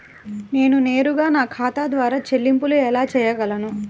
నేను నేరుగా నా ఖాతా ద్వారా చెల్లింపులు ఎలా చేయగలను?